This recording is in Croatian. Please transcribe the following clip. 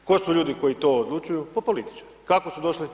Tko su ljudi koji to odlučuju, pa političi, kako su došli?